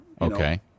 Okay